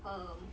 um